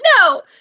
no